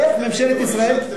איך ממשלת ישראל,